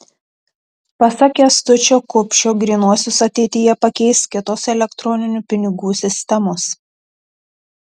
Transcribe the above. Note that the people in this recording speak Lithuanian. pasak kęstučio kupšio grynuosius ateityje pakeis kitos elektroninių pinigų sistemos